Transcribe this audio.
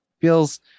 Feels